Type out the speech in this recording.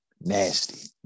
nasty